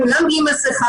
כולם בלי מסכה.